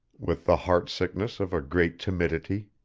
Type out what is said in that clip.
with the heart-sickness of a great timidity.